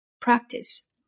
practice